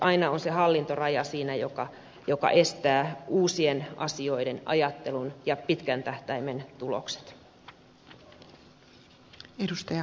aina on siinä se hallintoraja joka estää uusien asioiden ajattelun ja pitkän tähtäimen tulokset